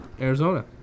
Arizona